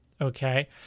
okay